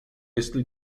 jestli